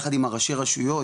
יחד עם ראשי הרשויות,